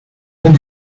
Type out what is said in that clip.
than